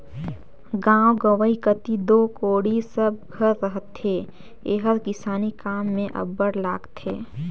गाँव गंवई कती दो कोड़ी सब घर रहथे एहर किसानी काम मे अब्बड़ लागथे